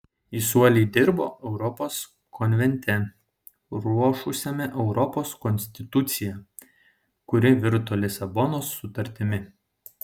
jis uoliai dirbo europos konvente ruošusiame europos konstituciją kuri virto lisabonos sutartimi